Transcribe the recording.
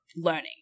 learning